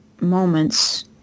moments